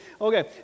Okay